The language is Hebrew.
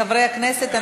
חברי הכנסת,